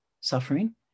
suffering